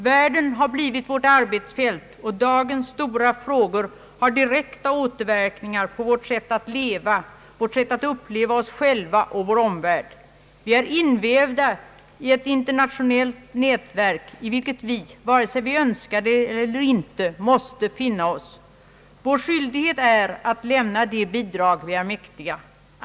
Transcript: »Världen har blivit vårt arbetsfält och dagens stora frågor har direkta återverkningar på vårt sätt att leva, vårt sätt att uppleva oss själva och vår omvärld, Vi är invävda i ett internationellt nätverk, i vilket vi, vare sig vi Önskar det eller inte, måste finna oss. Vår skyldighet är att lämna de bidrag vi är mäktiga.